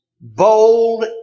bold